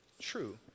true